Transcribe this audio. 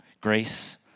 grace